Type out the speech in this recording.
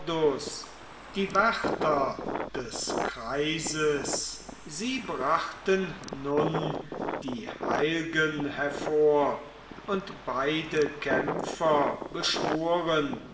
die wärter des kreises sie brachten nun die heilgen hervor und beide kämpfer beschworen